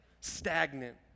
Stagnant